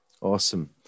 Awesome